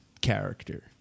character